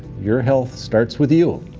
your health starts with you.